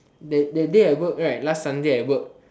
that that day I work right last sunday I work